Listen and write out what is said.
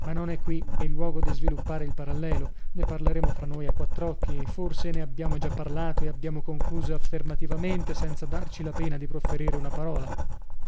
ma non è qui il luogo di sviluppare il parallelo ne parleremo fra noi a quattr'occhi forse ne abbiam già parlato e abbiamo concluso affermativamente senza darci la pena di profferire una parola